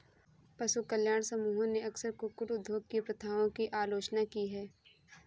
पशु कल्याण समूहों ने अक्सर कुक्कुट उद्योग की प्रथाओं की आलोचना की है